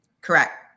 Correct